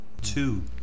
Two